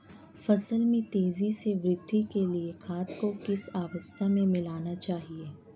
फसल में तेज़ी से वृद्धि के लिए खाद को किस अवस्था में मिलाना चाहिए?